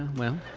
well